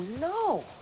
no